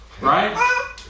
Right